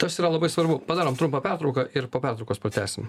tas yra labai svarbu padarom trumpą pertrauką ir po pertraukos pratęsim